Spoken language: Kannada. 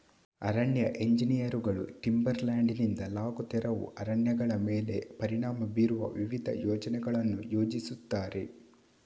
ಅರಣ್ಯ ಎಂಜಿನಿಯರುಗಳು ಟಿಂಬರ್ ಲ್ಯಾಂಡಿನಿಂದ ಲಾಗ್ ತೆರವು ಅರಣ್ಯಗಳ ಮೇಲೆ ಪರಿಣಾಮ ಬೀರುವ ವಿವಿಧ ಯೋಜನೆಗಳನ್ನು ಯೋಜಿಸುತ್ತಾರೆ